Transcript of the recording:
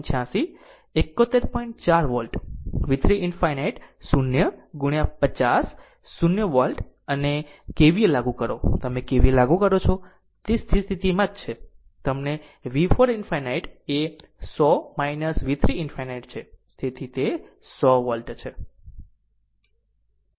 4 volt V 3 ∞ 0 ગુણ્યા 50 0 volt અને KVL લાગુ કરો તમે KVL લાગુ કરો છો તે સ્થિર સ્થિતિમાં જ છે તમને V 4 ∞ એ 100 V 3 ∞ છે તેથી તે 100 વોલ્ટ છે